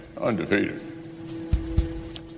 undefeated